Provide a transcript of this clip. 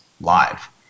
live